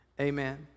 amen